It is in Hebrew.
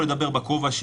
כל הכבוד גלעד.